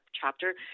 chapter